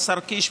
השר קיש,